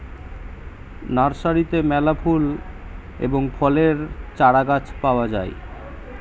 নার্সারিতে মেলা ফুল এবং ফলের চারাগাছ পাওয়া যায়